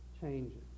changes